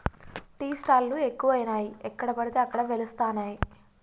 tea stall లు ఎక్కువయినాయి ఎక్కడ పడితే అక్కడ వెలుస్తానయ్